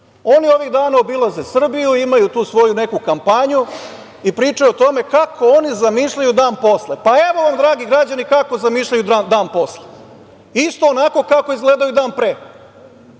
Oni ovih dana obilaze Srbiju, imaju tu neku svoju kampanju i pričaju o tome kako oni zamišljaju dan posle. Evo vam, dragi građani, kako zamišljaju dan posle. Isto onako kako je izgledao dan pre.